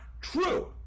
true